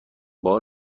بار